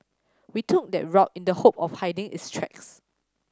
we took that route in the hope of hiding his tracks